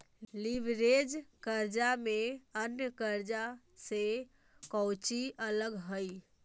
Leverage कर्जा में अन्य कर्जा से कउची अलग हई?